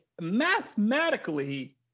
mathematically